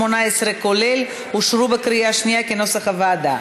אושרו בקריאה שנייה כנוסח הוועדה.